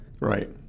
Right